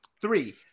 Three